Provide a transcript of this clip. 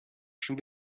schon